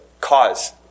cause